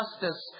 justice